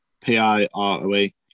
P-I-R-O-E